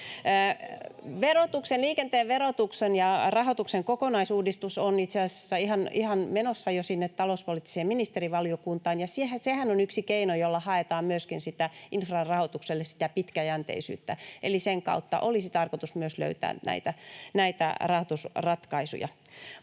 Liikenteen verotuksen ja rahoituksen kokonaisuudistus on itse asiassa menossa jo talouspoliittiseen ministerivaliokuntaan. Sehän on yksi keino, jolla haetaan myöskin infran rahoitukselle pitkäjänteisyyttä, eli sen kautta olisi tarkoitus myös löytää rahoitusratkaisuja.